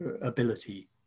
ability